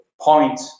point